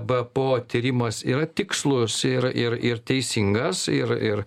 b p o tyrimas yra tikslu jisai ir ir ir teisingas ir ir